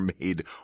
made